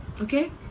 Okay